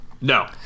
No